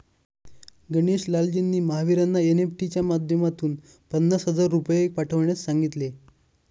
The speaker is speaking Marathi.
गणेश लालजींनी महावीरांना एन.ई.एफ.टी च्या माध्यमातून पन्नास हजार रुपये पाठवण्यास सांगितले